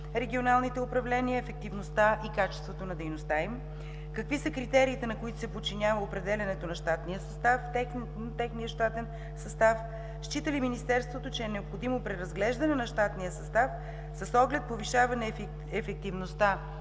регионалните управления, ефективността и качеството на дейността им? Какви са критериите, на които се подчинява определянето на техния щатен състав? Счита ли министерството, че е необходимо преразглеждане на щатния състав с оглед повишаване ефективността